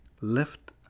left